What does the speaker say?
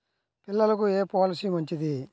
పిల్లలకు ఏ పొలసీ మంచిది?